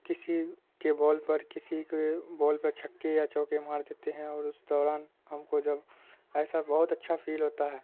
کسی کے بال پر کسی کے بال پر چھکے یا چوکے مار دیتے ہیں اور اس دوران ہم کو جب ایسا بہت اچھا فیل ہوتا ہے